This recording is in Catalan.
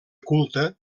culte